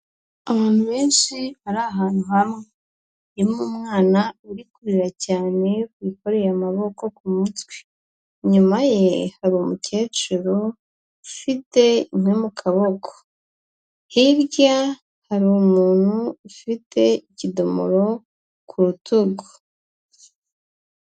Abantu benshi bari ahantu hamwe, harimo umwana uri kurira cyane wikoreye amaboko ku mutwe, inyuma ye hari umukecuru ufite inkwi mu kaboko, hirya hari umuntu ufite ikidomoro ku rutugu.